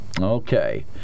Okay